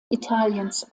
italiens